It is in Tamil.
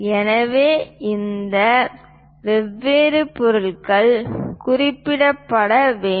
எனவே இந்த வெவ்வேறு பொருட்களைக் குறிப்பிட வேண்டும்